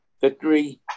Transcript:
victory